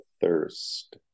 thirst